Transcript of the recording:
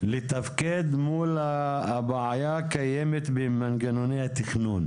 לתפקד מול הבעיה הקיימת במנגנוני התכנון.